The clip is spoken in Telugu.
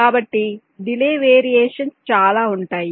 కాబట్టి డిలే వేరియేషన్స్ చాలా ఉంటాయి